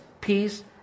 peace